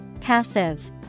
Passive